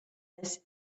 this